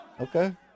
Okay